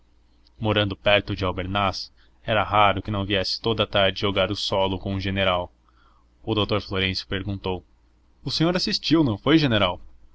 morando perto de albernaz era raro que não viesse toda a tarde jogar o solo com o general o doutor florêncio perguntou o senhor assistiu não foi general